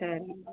சரிங்க மேம்